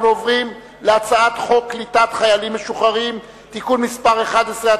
אנחנו עוברים להצעת חוק קליטת חיילים משוחררים (תיקון מס' 11),